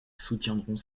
soutiendront